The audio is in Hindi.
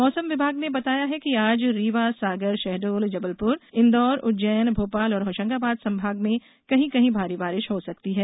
मौसम विभाग ने बताया है कि आज रीवा सागर शहडोल जबलपुर इन्दौर उज्जैन भोपाल और होशंगाबाद संभाग में कहीं कहीं भारी वर्षा हो सकती है